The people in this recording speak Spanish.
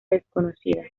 desconocida